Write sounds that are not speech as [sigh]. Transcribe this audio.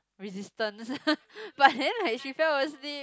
resistance [laughs] but then like she fell asleep